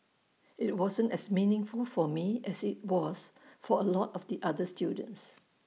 IT wasn't as meaningful for me as IT was for A lot of the other students